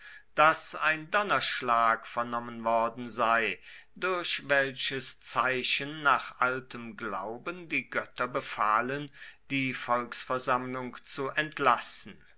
daß ein donnerschlag vernommen worden sei durch welches zeichen nach altem glauben die götter befahlen die volksversammlung zu entlassen